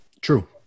True